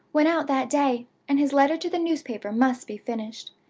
went out that day and his letter to the newspaper must be finished.